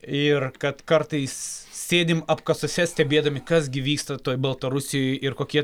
ir kad kartais sėdim apkasuose stebėdami kas gi vyksta toj baltarusijoj ir kokie